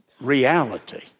reality